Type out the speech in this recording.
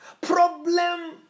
Problem